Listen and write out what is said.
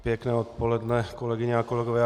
Pěkné odpoledne, kolegyně a kolegové.